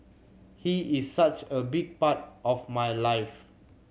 he is such a big part of my life